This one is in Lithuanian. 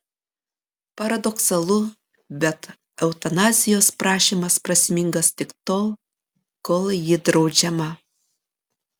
paradoksalu bet eutanazijos prašymas prasmingas tik tol kol ji draudžiama